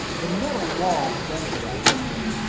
the metal walls dented at random,